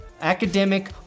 academic